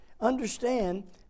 understand